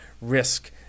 risk